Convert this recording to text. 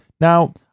Now